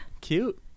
Cute